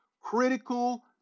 Critical